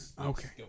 Okay